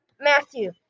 Matthew